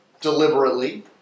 deliberately